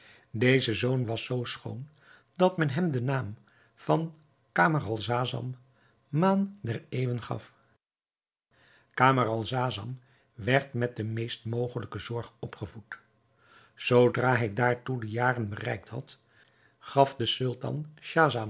deze zoon was zoo schoon dat men hem den naam van camaralzaman maan der eeuwen gaf camaralzaman werd met de meest mogelijke zorg opgevoed zoodra hij daartoe de jaren bereikt had gaf de sultan